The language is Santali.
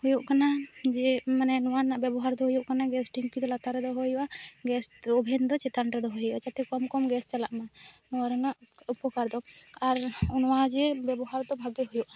ᱦᱩᱭᱩᱜ ᱠᱟᱱᱟ ᱡᱮ ᱢᱟᱱᱮ ᱱᱚᱶᱟ ᱨᱮᱱᱟᱜ ᱵᱮᱵᱚᱦᱟᱨ ᱫᱚ ᱦᱩᱭᱩᱜ ᱠᱟᱱᱟ ᱜᱮᱥ ᱴᱟᱝᱠᱤ ᱫᱚ ᱞᱟᱛᱟᱨ ᱨᱮ ᱫᱚ ᱦᱩᱭᱩᱜᱼᱟ ᱜᱮᱥ ᱳᱵᱷᱮᱱ ᱫᱚ ᱪᱮᱛᱟᱱ ᱨᱮᱫᱚ ᱦᱳᱭᱳᱜᱼᱟ ᱡᱟᱛᱮ ᱠᱚᱢ ᱠᱚᱢ ᱜᱮᱥ ᱪᱟᱞᱟᱜ ᱢᱟ ᱱᱚᱶᱟ ᱨᱮᱱᱟᱜ ᱩᱯᱚᱠᱟᱨ ᱫᱚ ᱟᱨ ᱱᱚᱶᱟ ᱡᱮ ᱵᱮᱵᱚᱦᱟᱨ ᱫᱚ ᱵᱷᱟᱜᱮ ᱦᱳᱭᱳᱜᱼᱟ